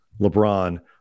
LeBron